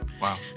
Wow